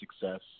success